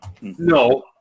No